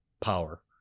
power